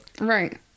Right